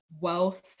wealth